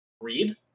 read